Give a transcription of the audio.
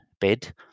bid